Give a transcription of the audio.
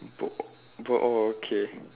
book book oh okay